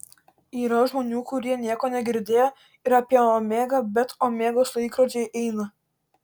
yra žmonių kurie nieko negirdėjo ir apie omegą bet omegos laikrodžiai eina